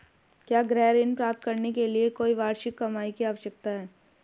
क्या गृह ऋण प्राप्त करने के लिए कोई वार्षिक कमाई की आवश्यकता है?